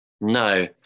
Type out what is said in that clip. No